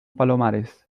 palomares